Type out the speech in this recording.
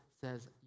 says